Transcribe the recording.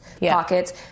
Pockets